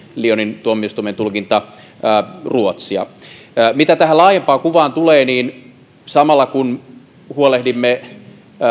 lyonin tuomioistuimen tulkinta koskee siis myöskin ruotsia mitä tähän laajempaan kuvaan tulee niin samalla kun huolehdimme